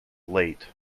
late